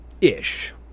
Ish